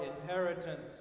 inheritance